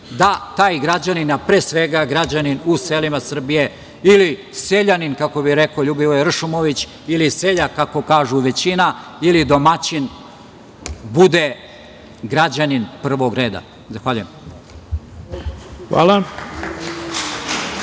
da taj građanin, a pre svega građanin u selima Srbije ili seljanin, kako bi rekao Ljubivoje Ršumović ili seljak, kako kaže većina, ili domaćin bude građanin prvog reda. Zahvaljujem. **Ivica